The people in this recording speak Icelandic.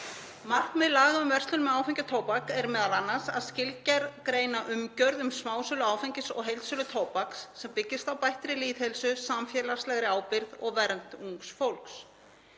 Markmið laga um verslun með áfengi og tóbak er m.a. að skilgreina umgjörð um smásölu áfengis og heildsölu tóbaks sem byggist á bættri lýðheilsu, samfélagslegri ábyrgð og vernd ungs fólks.